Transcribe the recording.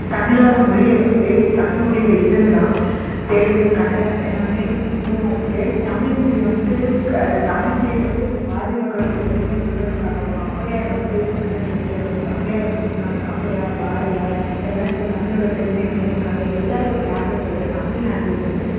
தமிழோட மொழிய வந்து தமிழ் மொழில இருந்துதான் தெலுங்கு கன்னடம் எல்லாமே உருவாச்சு தமிழ் மொழிய வந்து தமிழ் மொழிய வந்து பாதுகாக்கிறத்துக்கும் பெருமையை சொல்கிறதுக்காகவும் ஔவையார் வந்து தமிழ்நாட்டுல வந்து ரொம்ப ஔவையார் வந்து சொன்னாங்க ஔவையார் பாரதியார் எல்லாேருமே தமிழோட பெருமையை வந்து சொன்னாங்க எல்லாேரோட லேங்வேஜ்ஐை விட தமிழ் லேங்வேஜ் வந்து